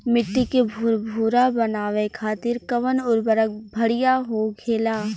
मिट्टी के भूरभूरा बनावे खातिर कवन उर्वरक भड़िया होखेला?